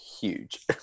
huge